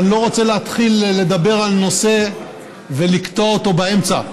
אני לא רוצה להתחיל לדבר על נושא ולקטוע אותו באמצע,